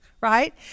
right